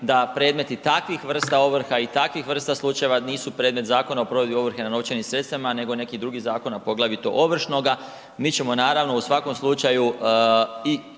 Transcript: da predmeti takvih vrsta ovrha i takvih vrsta slučajeva nisu predmet Zakona o provedbi ovrhe na novčanim sredstvima nego neki drugi zakon, a poglavito ovršnoga. Mi ćemo naravno u svakom slučaju i